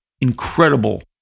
incredible